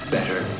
Better